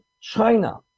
China